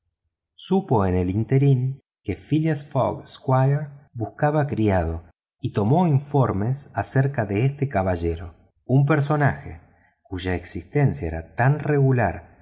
supo en el ínterin que phileas fogg buscaba criado y tomó informes acerca de este caballero un personaje cuya existencia era tan regular